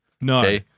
No